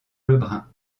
lebrun